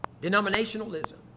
denominationalism